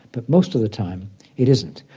but most of the time it isn't.